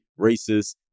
racist